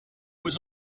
was